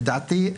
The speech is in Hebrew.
לדעתי,